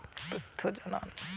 ঋন পরিশোধ এর তথ্য জানান